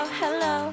hello